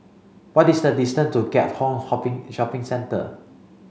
what is the distance to Keat Hong Shopping Centre